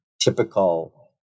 typical